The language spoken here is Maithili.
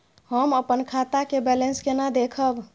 हम अपन खाता के बैलेंस केना देखब?